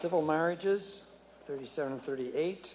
civil marriages thirty seven thirty eight